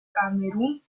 camerún